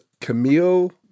Camille